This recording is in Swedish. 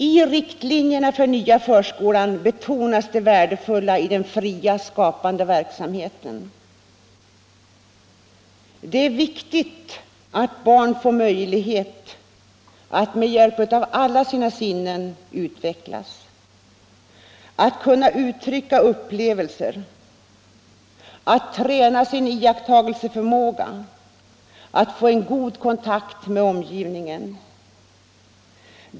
I riktlinjerna för den nya förskolan betonas det värdefulla i den fria skapande verksamheten. Det är viktigt att barn får möjlighet att med hjälp av alla sina sinnen utvecklas, att kunna uttrycka upplevelser, att träna sin iakttagelseförmåga och att få en god kontakt med omgivningen.